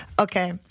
okay